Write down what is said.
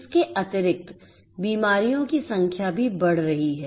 इसके अतिरिक्त बीमारियों की संख्या भी बढ़ रही है